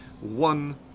one